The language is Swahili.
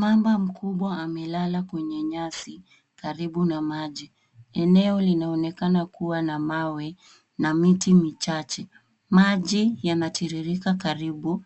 Mamba mkubwa amelala kwenye nyasi karibu na maji. Eneo linaonekana kuwa na mawe na miti michache. Maji yanatiririka karibu